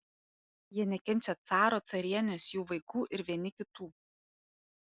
jie nekenčia caro carienės jų vaikų ir vieni kitų